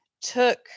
took